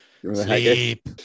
Sleep